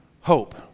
Hope